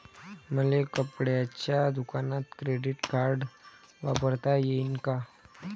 मले कपड्याच्या दुकानात क्रेडिट कार्ड वापरता येईन का?